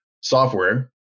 software